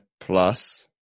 plus